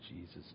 Jesus